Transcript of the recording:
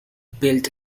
built